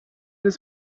his